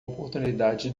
oportunidade